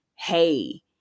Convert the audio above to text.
hey